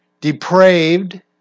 depraved